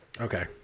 Okay